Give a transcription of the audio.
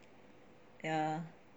ya